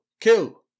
Kill